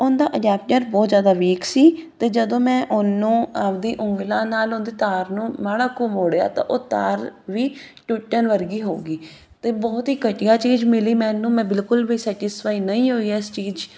ਉਹਦਾ ਅਡੈਪਟਰ ਬਹੁਤ ਜ਼ਿਆਦਾ ਵੀਕ ਸੀ ਅਤੇ ਜਦੋਂ ਮੈਂ ਉਹਨੂੰ ਆਪਦੀਆਂ ਉਂਗਲਾਂ ਨਾਲ ਉਹਦੀ ਤਾਰ ਨੂੰ ਮਾੜਾ ਕੁ ਮੋੜਿਆ ਤਾਂ ਉਹ ਤਾਰ ਵੀ ਟੁੱਟਣ ਵਰਗੀ ਹੋ ਗਈ ਅਤੇ ਬਹੁਤ ਹੀ ਘਟੀਆ ਚੀਜ਼ ਮਿਲੀ ਮੈਨੂੰ ਮੈਂ ਬਿਲਕੁਲ ਵੀ ਸੈਟੀਸਫਾਈ ਨਹੀਂ ਹੋਈ ਇਸ ਚੀਜ਼ 'ਚ